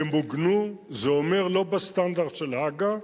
ימוגנו זה אומר לא בסטנדרט של הג"א,